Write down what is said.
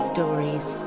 Stories